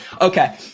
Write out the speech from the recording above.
Okay